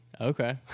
Okay